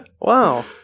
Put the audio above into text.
wow